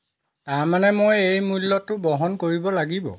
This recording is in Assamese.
তাৰমানে মই এই মূল্যটো বহন কৰিব লাগিব